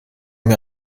mir